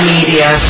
Media